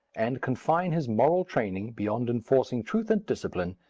and confine his moral training, beyond enforcing truth and discipline,